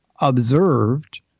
observed